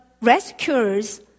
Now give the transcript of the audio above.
Rescuers